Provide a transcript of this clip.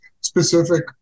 specific